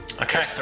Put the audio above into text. Okay